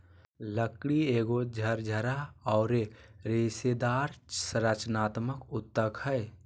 लकड़ी एगो झरझरा औरर रेशेदार संरचनात्मक ऊतक हइ